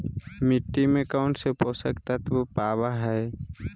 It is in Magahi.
मिट्टी में कौन से पोषक तत्व पावय हैय?